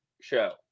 show